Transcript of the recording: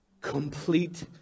Complete